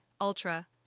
Ultra